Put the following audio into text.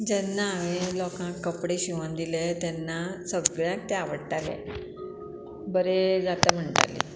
जेन्ना हांवें लोकांक कपडे शिंवोन दिले तेन्ना सगळ्यांक ते आवडटाले बरे जाता म्हणटाली